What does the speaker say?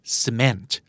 cement